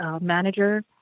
manager